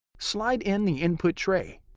slide in the input tray.